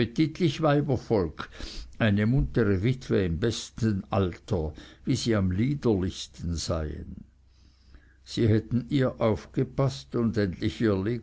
appetitlich weibervolk eine muntere witwe im besten alter wie sie am liederlichsten seien sie hätten ihr aufgepaßt und endlich